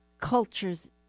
cultures